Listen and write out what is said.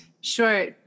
Sure